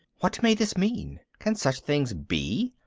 what may this mean? can such things be?